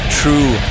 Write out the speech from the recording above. true